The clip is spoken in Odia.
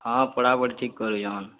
ହଁ ପଢ଼ା ପଢ଼ି ଠିକ୍ କରୁଚନ୍